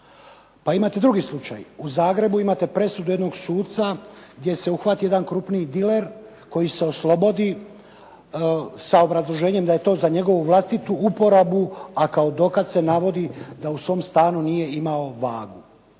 Pa imate drugi slučaj, u Zagrebu imate presudu jednog suca gdje se uhvatio jedan krupni diler koji se oslobodi sa obrazloženjem da je to za njegovu vlastitu uporabu, a kao dokaz se navodi da u svom stanu nije imao vagu.